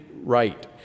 right